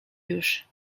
już